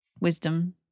wisdom